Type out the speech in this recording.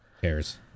cares